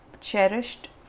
cherished